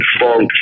funk